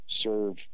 serve